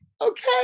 okay